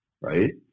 right